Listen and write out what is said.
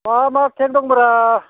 मा मा केक दंब्रा